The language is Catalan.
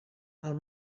pel